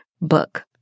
book